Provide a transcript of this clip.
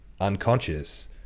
unconscious